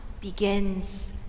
begins